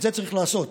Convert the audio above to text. את זה צריך לעשות,